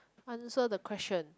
answer the question